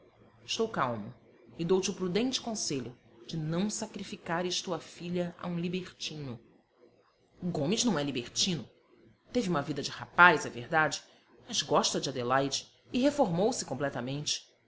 estou calmo e dou-te o prudente conselho de não sacrificares tua filha a um libertino gomes não é libertino teve uma vida de rapaz é verdade mas gosta de adelaide e reformou se completamente